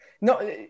No